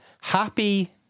happy